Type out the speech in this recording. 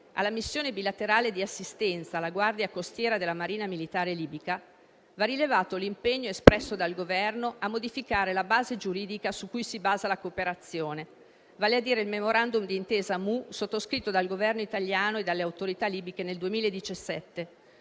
alla missione bilaterale di assistenza alla Guardia costiera della Marina militare libica, va rilevato l'impegno espresso dal Governo a modificare la base giuridica su cui si basa la cooperazione, vale a dire il Memorandum d'intesa (MoU), sottoscritto dal Governo italiano e dalle autorità libiche nel 2017.